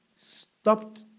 stopped